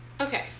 Okay